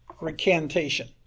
recantation